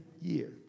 year